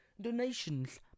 donations